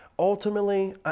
Ultimately